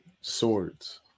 swords